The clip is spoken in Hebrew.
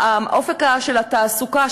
האופק של התעסוקה,